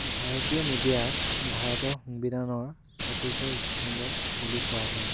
ভাৰতীয় মিডিয়াক ভাৰতৰ সংবিধানৰ চতুৰ্থ ইস্তম্ভ বুলি কোৱা হয়